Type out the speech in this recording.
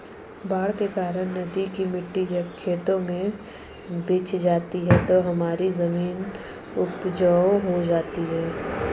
बाढ़ के कारण नदी की मिट्टी जब खेतों में बिछ जाती है तो हमारी जमीन उपजाऊ हो जाती है